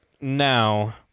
Now